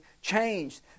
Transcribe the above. Changed